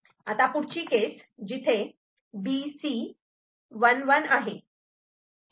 आता पुढची केस जिथे B C 1 1आहे